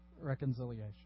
reconciliation